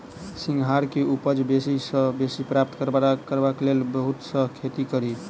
सिंघाड़ा केँ उपज बेसी सऽ बेसी प्राप्त करबाक लेल केँ ब्योंत सऽ खेती कड़ी?